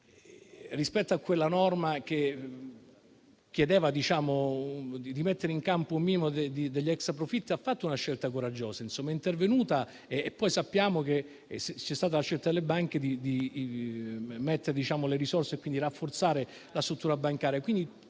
rispetto a quella norma che chiedeva di mettere in campo un minimo degli extra profitti, ha fatto una scelta coraggiosa. Insomma, è intervenuta. Poi sappiamo che c'è stata la scelta delle banche di mettere le risorse e quindi rafforzare la struttura bancaria.